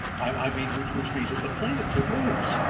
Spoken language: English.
i i mean, which which means that the plaintiff would lose.